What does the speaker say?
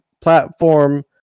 platform